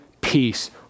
peace